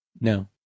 No